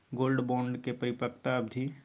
Gold bond के परिपक्वता अवधि?